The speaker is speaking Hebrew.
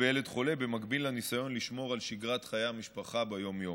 במקביל לניסיון לשמור על שגרת חיי המשפחה ביום-יום.